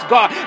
God